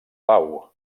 pau